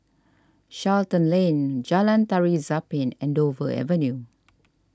Charlton Lane Jalan Tari Zapin and Dover Avenue